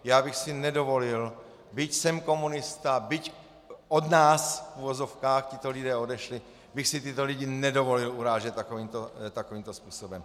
Já bych si nedovolil, byť jsem komunista, byť od nás, v uvozovkách, tito lidé odešli, bych si tyto lidi nedovolil urážet takovýmto způsobem.